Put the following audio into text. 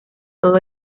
todo